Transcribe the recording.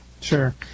Sure